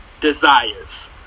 desires